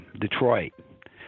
Detroit